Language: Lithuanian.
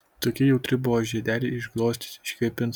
tokia jautri buvo žiedelį išglostys iškvėpins